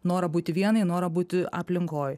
norą būti vienai norą būti aplinkoj